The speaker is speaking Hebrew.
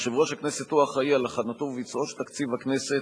יושב-ראש הכנסת הוא האחראי להכנתו וביצועו של תקציב הכנסת,